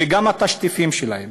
וגם התשטיפים שלהם.